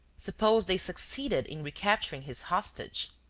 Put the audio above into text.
suppose they succeeded in recapturing his hostage?